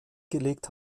gelegt